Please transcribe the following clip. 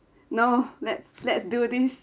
no let's let's do this